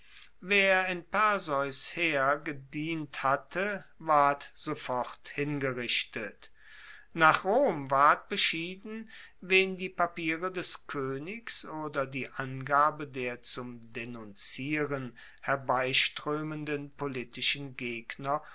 wer in perseus heer gedient hatte ward sofort hingerichtet nach rom ward beschieden wen die papiere des koenigs oder die angabe der zum denunzieren herbeistroemenden politischen gegner